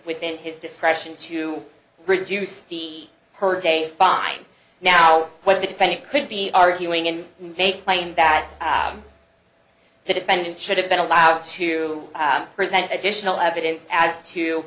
within his discretion to reduce the per day fine now when the defendant could be arguing and make claim that the defendant should have been allowed to present additional evidence as to